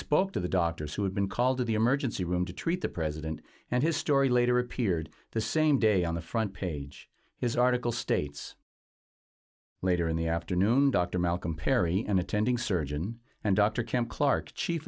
spoke to the doctors who had been called to the emergency room to treat the president and his story later appeared the same day on the front page his article states later in the afternoon dr malcolm perry an attending surgeon and dr ken clarke chief